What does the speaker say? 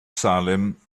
salem